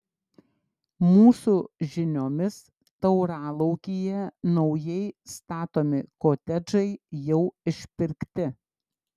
mūsų žiniomis tauralaukyje naujai statomi kotedžai jau išpirkti